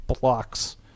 blocks